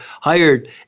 hired